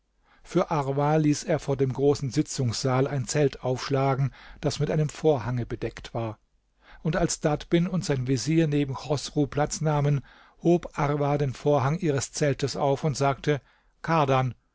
für arwa ließ er vor dem großen sitzungssaal ein zelt aufschlagen das mit einem vorhange bedeckt war und als dadbin und sein vezier neben chosru platz nahmen hob arwa den vorhang ihres zeltes auf und sagte kardan